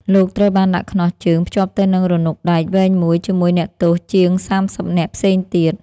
លោកត្រូវបានដាក់ខ្នោះជើងភ្ជាប់ទៅនឹងរនុកដែកវែងមួយជាមួយអ្នកទោសជាងសាមសិបនាក់ផ្សេងទៀត។